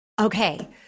Okay